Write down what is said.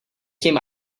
came